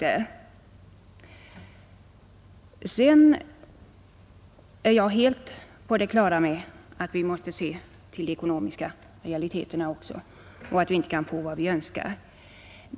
Naturligtvis är jag helt på det klara med att vi måste se till de ekonomiska realiteterna och inte kan få allt vi önskar.